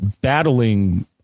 battling